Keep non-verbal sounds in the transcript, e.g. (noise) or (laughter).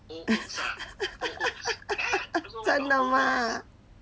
(laughs) 真的吗